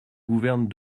gouverne